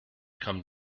come